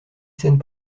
scènes